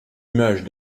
images